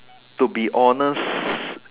to be honest